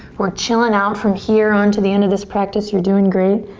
we're chillin' out from here on to the end of this practice. you're doing great.